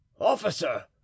officer